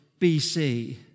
BC